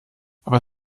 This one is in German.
aber